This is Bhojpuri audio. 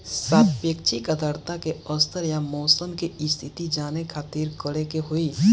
सापेक्षिक आद्रता के स्तर या मौसम के स्थिति जाने खातिर करे के होई?